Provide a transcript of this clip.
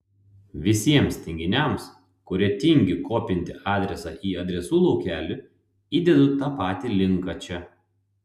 visiems tinginiams kurie tingi kopinti adresą į adresų laukelį įdedu tą patį linką čia